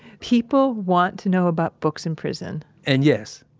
people want to know about books in prison and, yes,